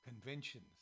conventions